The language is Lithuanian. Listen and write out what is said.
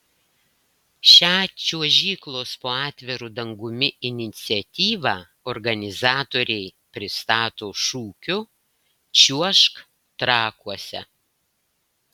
šią čiuožyklos po atviru dangumi iniciatyvą organizatoriai pristato šūkiu čiuožk trakuose